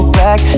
back